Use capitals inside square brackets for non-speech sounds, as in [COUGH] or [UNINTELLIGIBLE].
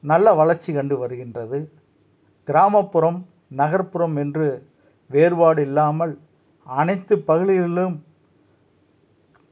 நல்ல வளர்ச்சி கண்டு வருகின்றது கிராமப்புறம் நகர்ப்புறம் என்று வேறுபாடு இல்லாமல் அனைத்து [UNINTELLIGIBLE]